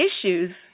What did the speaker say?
issues